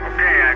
Okay